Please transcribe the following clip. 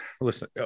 listen